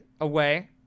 away